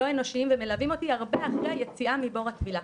לא אנושיים ומלווים אותי הרבה אחרי היציאה מבור הטבילה.